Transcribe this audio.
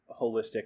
holistic